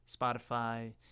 Spotify